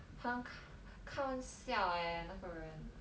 开玩笑 eh 那个人